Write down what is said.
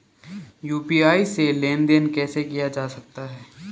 UPI से लेनदेन कैसे किया जा सकता है?